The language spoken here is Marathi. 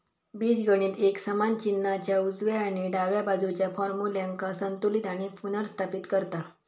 बीजगणित एक समान चिन्हाच्या उजव्या आणि डाव्या बाजुच्या फार्म्युल्यांका संतुलित आणि पुनर्स्थापित करता